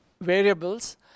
variables